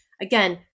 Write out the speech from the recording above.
again